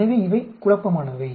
எனவே இவை குழப்பமானவை